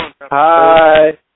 Hi